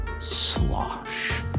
slosh